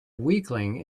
weakling